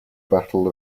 battle